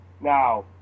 Now